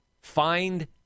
find